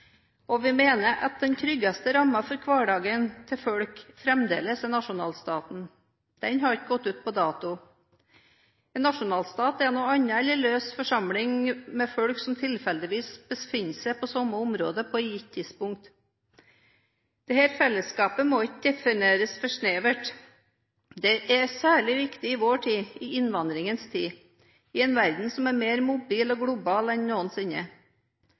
og vi mener at den tryggeste rammen for folks hverdag fremdeles er nasjonalstaten. Den har ikke gått ut på dato. En nasjonalstat er noe annet enn en løs forsamling med folk som tilfeldigvis befinner seg på samme område på et gitt tidspunkt. Dette fellesskapet må ikke defineres for snevert. Det er særlig viktig i vår tid, i innvandringens tid, i en verden som er mer mobil og global enn noensinne.